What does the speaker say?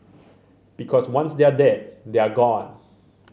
because once they're dead they're gone